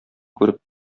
күреп